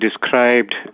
described